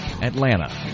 Atlanta